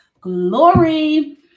glory